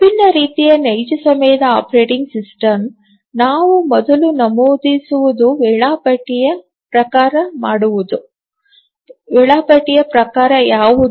ವಿಭಿನ್ನ ರೀತಿಯ ನೈಜ ಸಮಯದ ಆಪರೇಟಿಂಗ್ ಸಿಸ್ಟಮ್ ನಾವು ಮೊದಲು ನಮೂದಿಸುವುದು ವೇಳಾಪಟ್ಟಿಯ ಪ್ರಕಾರ ಯಾವುದು